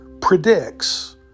predicts